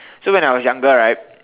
so when I was younger right